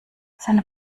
seine